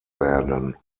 werden